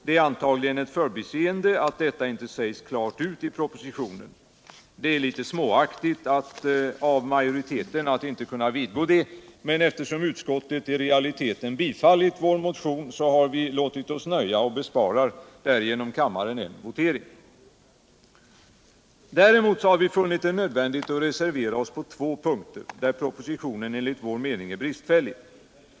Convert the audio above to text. Det är antagligen ett rent förbiseende att detta inte sägs klart ut i propositionen. Det är litet småaktigt av majoriteten att inte kunna vidgå det, men eftersom utskottet i realiteten biträtt vår motion har vi låtit oss nöja och besparar därigenom kammaren en votering. Däremot har vi funnit det nödvändigt att reservera oss på två punkter, där propositionen enligt vår mening är bristfällig.